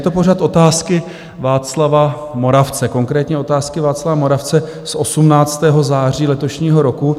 Je to pořad otázky Václava Moravce, konkrétně otázky Václava Moravce z 18. září letošního roku.